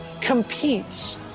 competes